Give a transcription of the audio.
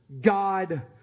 God